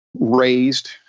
raised